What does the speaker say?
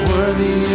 Worthy